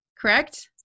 correct